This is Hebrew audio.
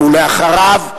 אחריו,